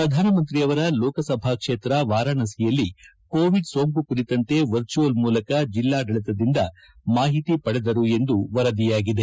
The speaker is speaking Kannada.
ಪ್ರಧಾನಮಂತ್ರಿ ಅವರ ಲೋಕಸಭಾ ಕ್ಷೇತ್ರ ವಾರಾಣಸಿಯಲ್ಲಿ ಕೋವಿಡ್ ಸೋಂಕು ಕುರಿತಂತೆ ವರ್ಜುವಲ್ ಮೂಲಕ ಜಿಲ್ಲಾಡಳಿತದಿಂದ ಮಾಹಿತಿ ಪಡೆದರು ಎಂದು ವರದಿಯಾಗಿದೆ